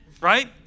right